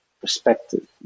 perspective